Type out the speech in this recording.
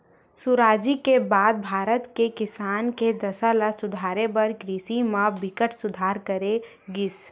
सुराजी के बाद भारत के किसान के दसा ल सुधारे बर कृषि म बिकट सुधार करे गिस